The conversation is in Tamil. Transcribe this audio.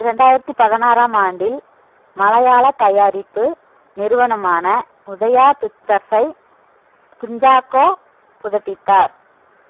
இரண்டாயிரத்து பதினாறாம் ஆண்டில் மலையாளத் தயாரிப்பு நிறுவனமான உதயா பிக்சர்ஸை குஞ்சாக்கோ புதுப்பித்தார்